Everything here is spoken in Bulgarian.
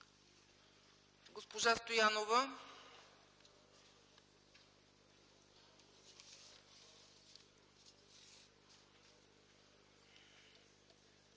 Госпожа Стоянова.